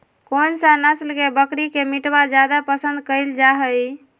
कौन सा नस्ल के बकरी के मीटबा जादे पसंद कइल जा हइ?